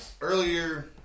earlier